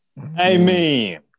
Amen